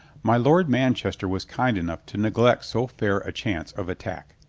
my lord manchester was kind enough to neglect so fair a chance of attack.